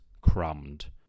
crumbed